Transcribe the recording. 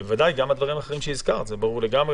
ובוודאי גם הדברים האחרים שהזכרת, זה ברור לגמרי.